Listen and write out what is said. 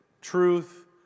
truth